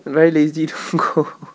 very lazy to go